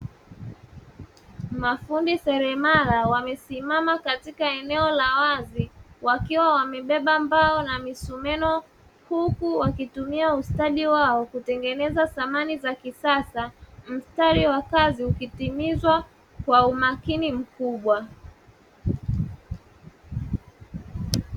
Mafundi seremala wamesimama katika eneo la wazi wakiwa wamebeba mbao na misumeno huku wakitumia ustadi wao kutengeneza samani za kisasa, mstari wa kazi ukitimizwa kwa umakini mkubwa.